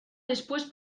después